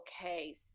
okay